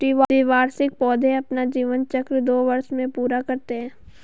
द्विवार्षिक पौधे अपना जीवन चक्र दो वर्ष में पूरा करते है